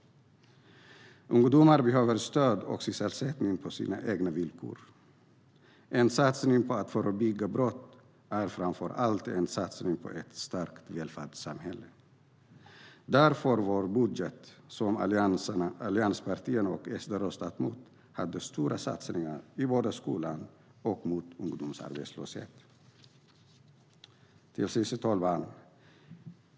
Ungdomar behöver stöd och sysselsättning på sina egna villkor. En satsning på att förebygga brott är framför allt en satsning på ett starkt välfärdssamhälle. Därför hade vår budget som allianspartierna och SD röstat emot stora satsningar både i skolan och mot ungdomsarbetslöshet. Herr talman!